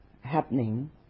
happening